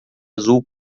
azul